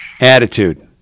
Attitude